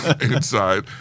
Inside